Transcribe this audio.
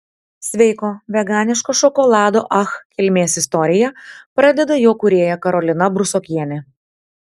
sveiko veganiško šokolado ach kilmės istoriją pradeda jo kūrėja karolina brusokienė